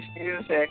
music